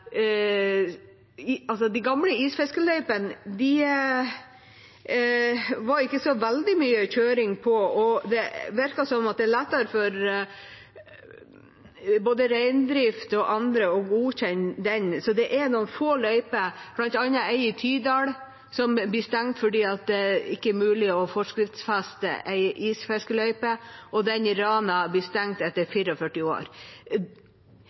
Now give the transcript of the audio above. ikke så veldig mye kjøring på. Det virker som det er lettere for både reindrift og andre å godkjenne det, så det er noen få løyper, bl.a. en i Tydal, som blir stengt fordi det ikke er mulig å forskriftsfeste en isfiskeløype, og den i Rana, som blir stengt etter 44 år.